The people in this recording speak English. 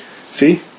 See